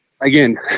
again